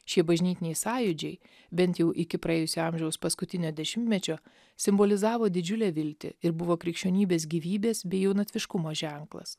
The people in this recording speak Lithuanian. šie bažnytiniai sąjūdžiai bent jau iki praėjusio amžiaus paskutinio dešimtmečio simbolizavo didžiulę viltį ir buvo krikščionybės gyvybės bei jaunatviškumo ženklas